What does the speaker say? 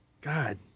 God